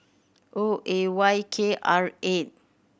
O A Y K R eight